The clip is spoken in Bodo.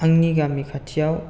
आंनि गामि खाथियाव